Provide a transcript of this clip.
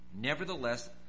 Nevertheless